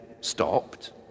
stopped